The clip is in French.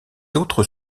autres